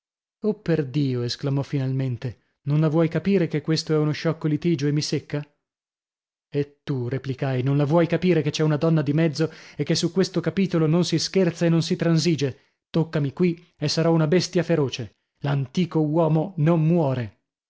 baffi oh perdio esclamò finalmente non la vuoi capire che questo è uno sciocco litigio e mi secca e tu replicai non la vuoi capire che c'è una donna di mezzo e che su questo capitolo non si scherza e non si transige toccami qui e sarò una bestia feroce l'antico uomo non muore